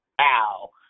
Ow